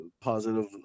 positive